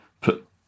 put